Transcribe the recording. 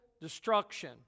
destruction